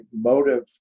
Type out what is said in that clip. motive